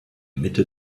mitte